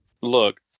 look